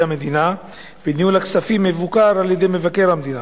המדינה וניהול הכספים מבוקר על-ידי מבקר המדינה.